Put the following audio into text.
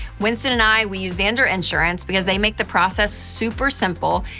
winston and i, we use zander insurance because they make the process super simple,